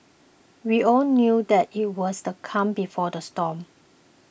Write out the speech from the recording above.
we all knew that it was the calm before the storm